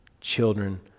children